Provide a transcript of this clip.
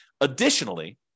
Additionally